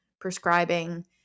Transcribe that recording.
prescribing